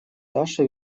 даша